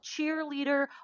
cheerleader